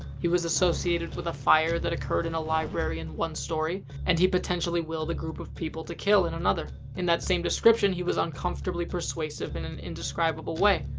he was associated with a fire that occurred in a library in one story, and he potentially willed a group of people to kill in another in that same description, he was uncomfortably persuasive in an indescribable way.